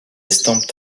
estampes